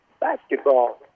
basketball